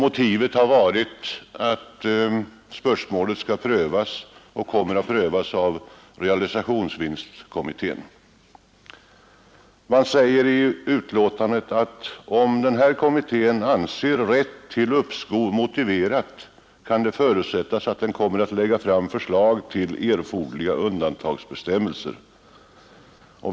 Motivet har varit att spörsmålet kommer att prövas av realisationsvinstkommittén. Man säger i betänkandet att om kommittén anser rätten till uppskov motiverad kan det förutsättas att den kommer att lägga fram förslag till erforderliga undantagsbestämmelser.